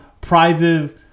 Prizes